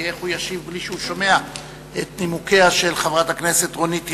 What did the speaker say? כי איך הוא ישיב בלי שהוא שומע את נימוקיה של חברת הכנסת רונית תירוש?